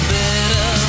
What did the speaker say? better